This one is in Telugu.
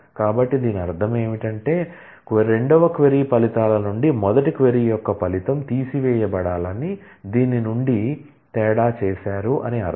కాబట్టి దీని అర్థం ఏమిటి రెండవ క్వరీ ఫలితాల నుండి మొదటి క్వరీ యొక్క ఫలితం తీసివేయబడాలని దీని నుండి తేడా చేసారు అని అర్థం